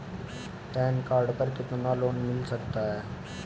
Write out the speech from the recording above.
Pan card पर कितना loan मिल सकता है?